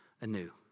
anew